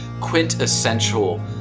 quintessential